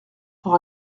pour